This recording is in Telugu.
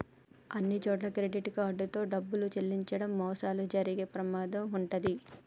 అన్నిచోట్లా క్రెడిట్ కార్డ్ తో డబ్బులు చెల్లించడం మోసాలు జరిగే ప్రమాదం వుంటది